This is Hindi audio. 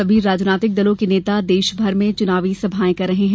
सभी राजनीतिक दलों के नेता देशभर में चुनावी सभाएं कर रहे हैं